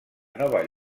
nova